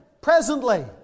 presently